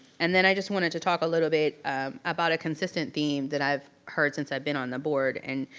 and then i just wanted to talk a little bit about a consistent theme that i've heard since i've been on the board, and